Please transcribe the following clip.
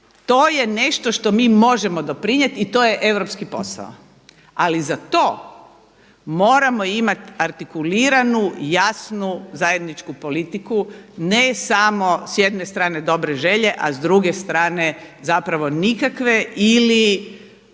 to je nešto što mi možemo doprinijeti i to je europski posao. Ali za to moramo imati artikuliranu, jasnu, zajedničku politiku, ne samo s jedne strane dobre želje, a s druge strane zapravo nikakve ili